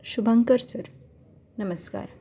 Shubhankar sir नमस्कार